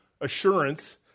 assurance